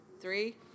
three